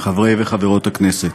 חברי וחברות הכנסת,